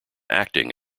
acting